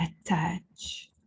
attach